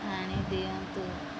ଆଣି ଦିଅନ୍ତୁ